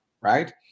right